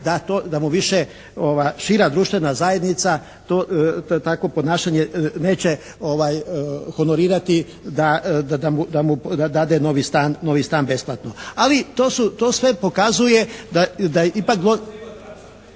da mu više šira društvena zajednica takvo ponašanje neće honorirati da mu dade novi stan besplatno. Ali to sve pokazuje da ipak.